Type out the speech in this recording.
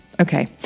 Okay